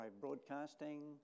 broadcasting